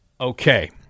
Okay